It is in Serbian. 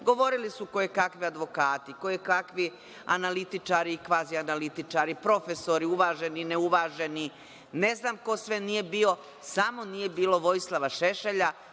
Govorili su koje kakvi advokati, koje kakvi analitičari i kvazi analitičari, profesori uvaženi, ne uvaženi, ne znam ko sve nije bio, samo nije bilo Vojislava Šešelja